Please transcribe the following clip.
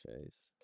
Chase